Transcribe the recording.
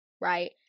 right